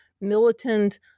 militant